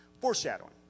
foreshadowing